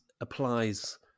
applies